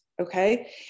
okay